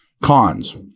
Cons